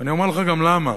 ואני אומר לך גם למה.